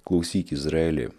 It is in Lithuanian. klausyk izraeli